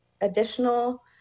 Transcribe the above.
additional